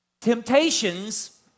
Temptations